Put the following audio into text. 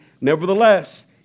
Nevertheless